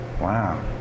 Wow